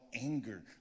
anger